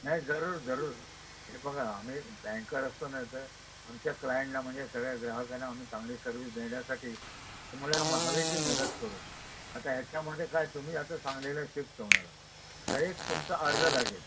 नाही जरूर जरूर हे बघा आम्ही बँकर असलो नाही तर आमच्या क्लायंटला म्हणजे सगळ्या ग्राहकांना आम्ही चांगली सर्विस देण्यासाठी तुम्हाला हवी ती मदत करू आता ह्याच्यामध्ये काय तुम्ही आता सांगलीला शिफ्ट होणार तर एक तुमचा अर्ज लागेल